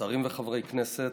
שרים וחברי כנסת,